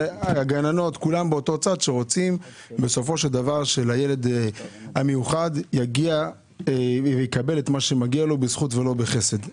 הגננות ורוצים שהילד המיוחד יקבל את מה שמגיע לו בזכות ולא בחסד.